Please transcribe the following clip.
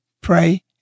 pray